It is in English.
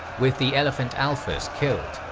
with the elephant alphas killed,